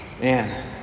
man